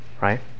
Right